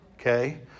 Okay